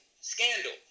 Scandal